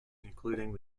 including